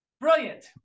Brilliant